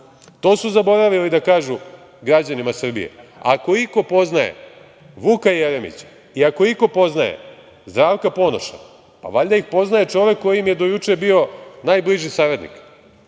To su zaboravili da kažu građanima Srbije. Ako iko poznaje Vuka Jeremića i ako iko poznaje Zdravka Ponoša pa valjda ih poznaje čovek koji im je do juče bio najbliži saradnik,